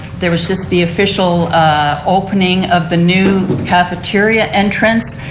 there was just the official opening of the new cafeteria entrance.